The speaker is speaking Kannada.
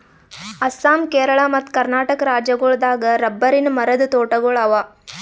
ಅಸ್ಸಾಂ ಕೇರಳ ಮತ್ತ್ ಕರ್ನಾಟಕ್ ರಾಜ್ಯಗೋಳ್ ದಾಗ್ ರಬ್ಬರಿನ್ ಮರದ್ ತೋಟಗೋಳ್ ಅವಾ